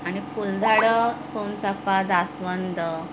आणि फुलझाडं सोनचाफा जास्वंद